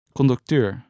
Conducteur